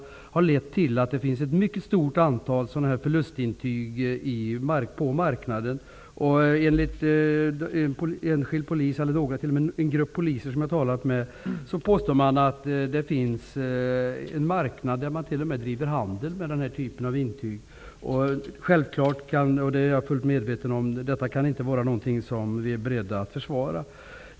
Detta har lett till att det finns ett mycket stort antal förlustintyg på marknaden. Enligt en grupp poliser, som jag har varit i kontakt med, finns det en marknad där man t.o.m. bedriver handel med den här typen av intyg. Självfallet är inte detta någonting som vi är beredda att försvara.